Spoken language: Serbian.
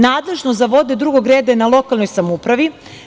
Nadležnost za vode drugog reda je na lokalnoj samoupravi.